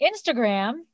Instagram